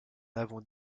avons